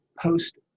post